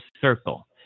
circle